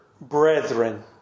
brethren